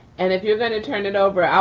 and if you're gonna turn it over,